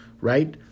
right